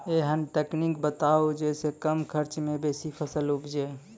ऐहन तकनीक बताऊ जै सऽ कम खर्च मे बेसी फसल उपजे?